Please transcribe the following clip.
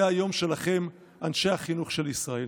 זה היום שלכם, אנשי החינוך של ישראל.